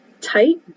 tight